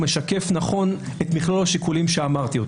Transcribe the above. משקף נכון את מכלול השיקולים שאמרתי,